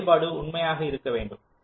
இந்த செயல்பாடு உண்மையாக இருக்க வேண்டும்